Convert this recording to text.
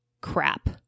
crap